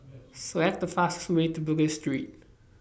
Select The fastest Way to Bugis Street